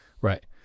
Right